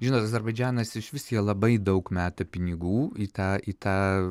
žinot azerbaidžanas išvis jie labai daug meta pinigų į tą į tą